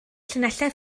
llinellau